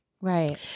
Right